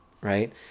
right